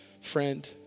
friend